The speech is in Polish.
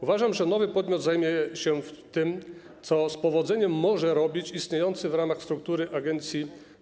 Uważam, że nowy podmiot zajmie się tym, co z powodzeniem może robić departament IT istniejący w ramach struktury agencji.